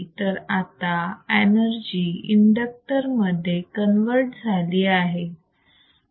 तर आता energy inductor मध्ये कन्वर्ट झाली आहे